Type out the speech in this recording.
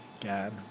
God